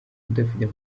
udafite